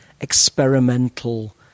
experimental